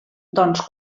doncs